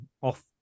off